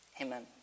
Amen